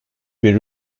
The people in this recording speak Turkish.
bir